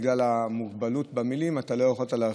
שבגלל המוגבלות במילים אתה לא יכולת להרחיב.